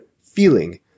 feeling